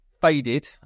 faded